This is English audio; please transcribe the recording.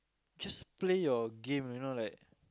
just play your game you know like